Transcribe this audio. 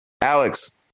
Alex